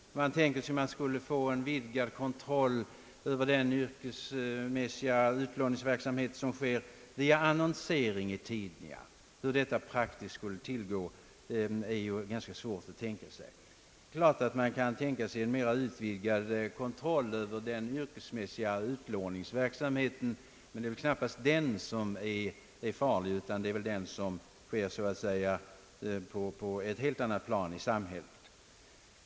Motionärerna tänker sig att man skulle kunna få en vidgad kontroll över den yrkesmässiga utlåningsverksamhet som sker via annonsering i tidningar. Hur detta praktiskt skulle tillgå är ganska svårt att tänka sig. Klart är att man kan föreställa sig en mera vidgad kontroll över den yrkesmässiga utlåningsverksamheten, men det är väl knappast den som är den farliga utan den verksamhet som sker så att säga på ett helt annat plan i samhället.